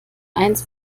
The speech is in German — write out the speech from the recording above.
eins